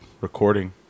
recording